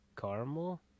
Caramel